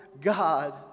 God